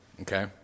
okay